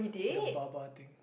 the bah bah thing